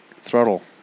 throttle